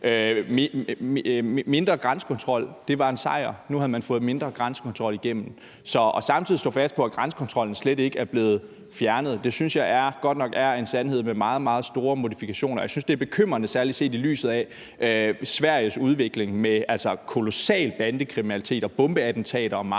mindre grænsekontrol igennem, og at mindre grænsekontrol var en sejr. Så når man samtidig står fast på, at grænsekontrollen slet ikke er blevet fjernet, synes jeg godt nok, det er en sandhed med meget, meget store modifikationer, og jeg synes også, det er bekymrende, særlig set i lyset af Sveriges udvikling med en kolossal bandekriminalitet og bombeattentater og meget